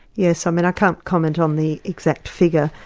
yes, um and i can't comment on the exact figure,